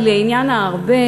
לעניין הארבה,